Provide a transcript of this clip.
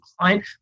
client